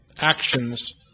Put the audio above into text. actions